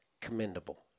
commendable